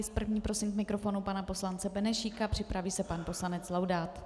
S první prosím k mikrofonu pana poslance Benešíka, připraví se pan poslanec Laudát.